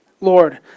Lord